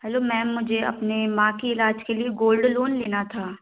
hello ma'am मुझे अपनी माँ के इलाज के लिए गोल्ड लोन लेना था